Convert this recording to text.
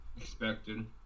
Expected